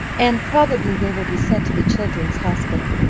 and probably they will be sent to the children's hospital.